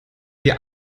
wir